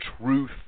truth